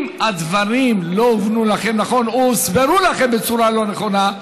אם הדברים לא הובנו לכם נכון או הוסברו לכם בצורה לא נכונה,